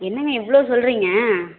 என்னெங்க இவ்வளோ சொல்லுறிங்க